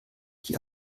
die